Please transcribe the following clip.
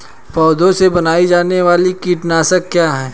पौधों से बनाई जाने वाली कीटनाशक क्या है?